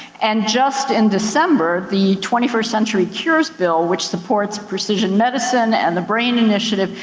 and just in december, the twenty first century cures bill, which supports precision medicine and the brain initiative,